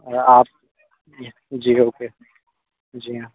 और आप जी ओके जी हाँ